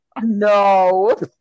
No